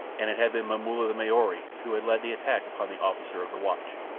and it had been momulla the maori who had led the attack upon the officer of the watch.